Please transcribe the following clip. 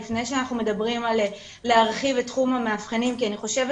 לפני שאנחנו מדברים על להרחיב את תחום המאבחנים כי אני חושבת